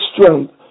strength